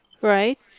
Right